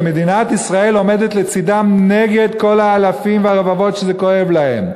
ומדינת ישראל עומדת לצדן נגד כל האלפים והרבבות שזה כואב להם.